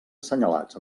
assenyalats